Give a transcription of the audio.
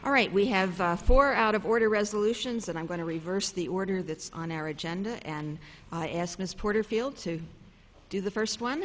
all right we have four out of order resolutions and i'm going to reverse the order that's on our agenda and ask miss porterfield to do the first one